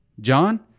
John